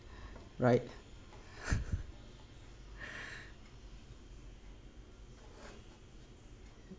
right